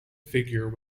figure